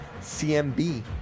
CMB